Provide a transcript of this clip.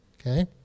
okay